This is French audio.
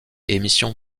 émissions